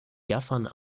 gaffern